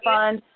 Fund